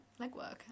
legwork